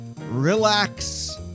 relax